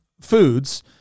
foods –